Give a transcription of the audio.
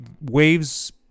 waves